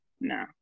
no